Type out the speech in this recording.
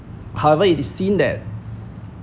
however it is seen that